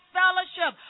fellowship